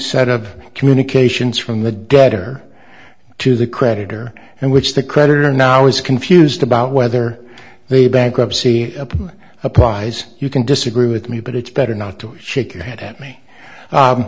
set of communications from the debtor to the creditor and which the creditor now is confused about whether the bankruptcy applies you can disagree with me but it's better not to shake your head at me